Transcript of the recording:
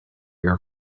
your